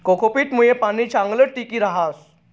cocopeat मुये पाणी चांगलं टिकी रहास